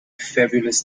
fabulous